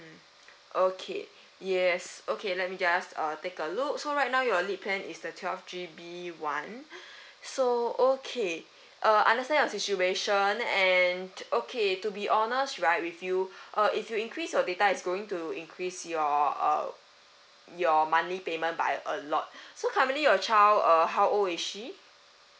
okay yes okay let me just uh take a look so right now your lite plan is the twelve G_B one so okay uh understand your situation and okay to be honest right with you uh if you increase your data is going to increase your err your money payment by a lot so currently your child uh how old is she